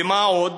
ומה עוד?